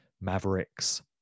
mavericks